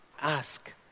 Ask